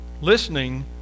Listening